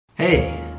Hey